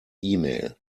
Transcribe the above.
email